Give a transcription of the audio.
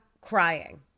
crying